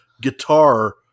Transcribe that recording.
guitar